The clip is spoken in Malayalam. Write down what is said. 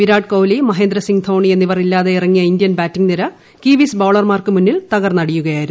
വിരാട് കോഹ്ലി മഹേന്ദ്ര സിംഗ് ധോണി എന്നിവർ ഇല്ലാതെ ഇറങ്ങിയ ഇന്ത്യൻ ബാറ്റിംഗ് നിര കിവീസ്ക് ബൌളർമാർക്ക് മുന്നിൽ തകർന്നടിയുകയായിരുന്നു